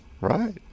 Right